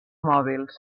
mòbils